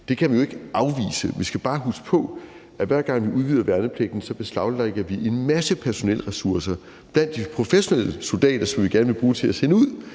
Det kan vi jo ikke afvise. Vi skal bare huske på, at hver gang vi udvider værnepligten, beslaglægger vi en masse personelressourcer blandt de professionelle soldater, som vi gerne vil bruge til at sende ud,